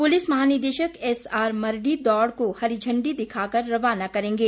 police महानिदेशक SR Mardi दौड़ को हरी झंडी दिखाकर रवाना करेंगे